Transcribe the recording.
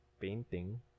painting